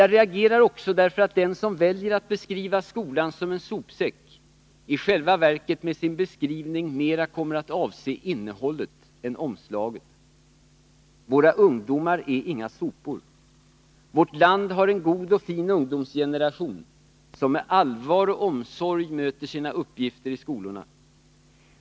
Jag reagerar också därför att den som väljer att beskriva skolan som en sopsäck i själva verket mera kommer att avse innehållet än omslaget. Våra ungdomar är inga sopor. Vårt land har en god och fin ungdomsgeneration, som med allvar och omsorg möter sina uppgifter i skolorna.